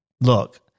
look